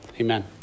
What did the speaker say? amen